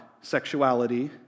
sexuality